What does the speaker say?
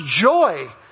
joy